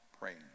praying